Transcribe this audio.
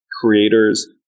creators